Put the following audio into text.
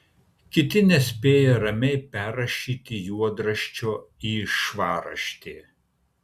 kiti nespėja ramiai perrašyti juodraščio į švarraštį